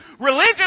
Religion